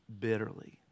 bitterly